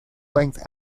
length